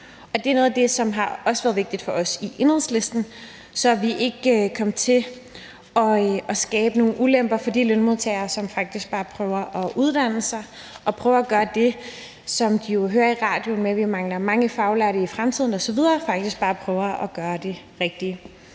Det er noget af det, som også har været vigtigt for os i Enhedslisten, så vi ikke kom til at skabe nogen ulemper for de lønmodtagere, som faktisk bare prøver at uddanne sig og prøver at gøre det rigtige, når de hører i radioen, at vi kommer til at mangle mange faglærte i fremtiden osv. Jeg vil gerne give en kæmpe